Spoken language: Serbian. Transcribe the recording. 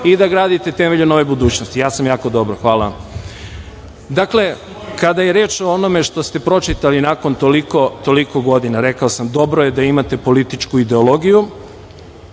i da gradite temelje nove budućnosti. Ja sam jako dobro, hvala. Dakle, kada je reč o onome što ste pročitali nakon toliko godina, rekao sam, dobro je da imate političku ideologiju,